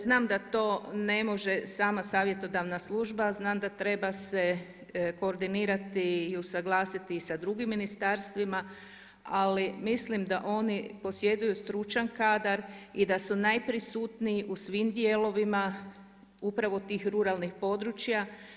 Znam da to ne može sama savjetodavna služba, znam da treba se koordinirati i usuglasiti sa drugim ministarstvima, ali mislim da oni posjeduju stručan kadar i da se najprisutniji u svim dijelovima upravo tih ruralnih područja.